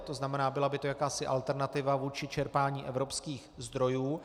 To znamená, byla by to jakási alternativa vůči čerpání evropských zdrojů.